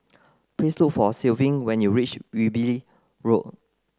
please look for Clevie when you reach Wilby Road